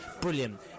brilliant